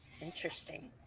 Interesting